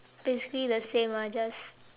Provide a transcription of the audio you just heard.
basically the same lah just